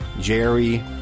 jerry